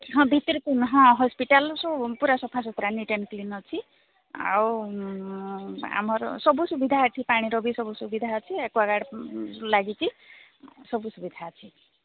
ହଁ ଭିତରେ ହଁ ହସ୍ପିଟାଲ ସବୁ ପୁରା ସଫା ସୁତୁରା ନୀଟ୍ ଆଣ୍ଡ କ୍ଲିନ୍ ଅଛି ଆଉ ଆମର ସବୁ ସୁବିଧା ଅଛି ପାଣିର ବି ସବୁ ସୁବିଧା ଅଛି ଏକ୍ୱାଗାର୍ଡ୍ ଲାଗିଛି ସବୁ ସୁବିଧା ଅଛି